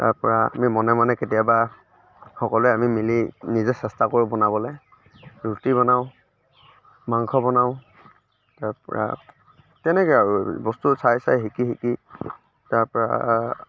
তাৰ পৰা আমি মনে মনে কেতিয়াবা সকলোৱে আমি মিলি নিজে চেষ্টা কৰোঁ বনাবলৈ ৰুটি বনাওঁ মাংস বনাওঁ তাৰ পৰা তেনেকৈ আৰু বস্তু চাই চাই শিকি শিকি তাৰ পৰা